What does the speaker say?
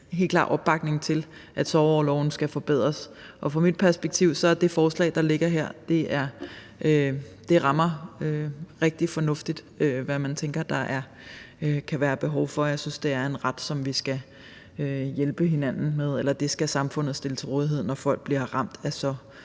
helt klar opbakning til, at sorgorloven skal forbedres, og set ud fra mit perspektiv rammer det forslag, der ligger her, rigtig fornuftigt det, man tænker der kan være behov for. Jeg synes, det er en ret, som samfundet skal stille til rådighed, når folk bliver ramt af så